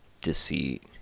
deceit